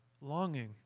longing